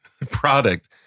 product